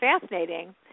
fascinating